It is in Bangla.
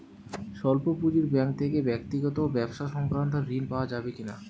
স্বল্প পুঁজির ব্যাঙ্ক থেকে ব্যক্তিগত ও ব্যবসা সংক্রান্ত ঋণ পাওয়া যাবে কিনা?